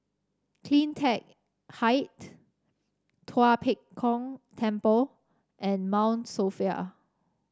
CleanTech Height Tua Pek Kong Temple and Mount Sophia